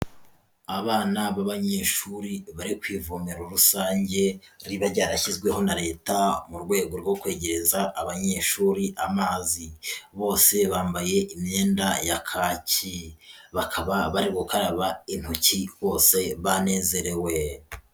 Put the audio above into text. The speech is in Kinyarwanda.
Abana b'abanyeshuri bari kwivomero rusange riba ryarashyizweho na leta mu rwego rwo kwegereza abanyeshuri amazi. Bose bambaye imyenda ya kaki bakaba bari gukaraba intoki bose banezerewe.